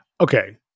Okay